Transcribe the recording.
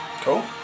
Cool